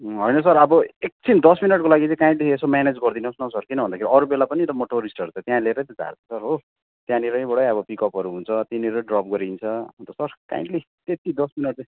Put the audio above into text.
होइन सर अब एकछिन दस मिनटको लागि चाहिँ काइन्डली यसो म्यानेज गरिदिनुहोस् न हौ सर किन भन्दाखेरि अरू बेला पनि त म टुरिस्टहरू त त्यहाँ ल्याएरै त झार्छु सर हो त्यहाँनिरैबाटै अब पिकअपहरू हुन्छ त्यहीँनिरै ड्रप गरिन्छ अन्त सर काइन्डली त्यति दस मिनेट चाहिँ